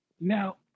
Now